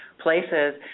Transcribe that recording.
places